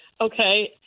Okay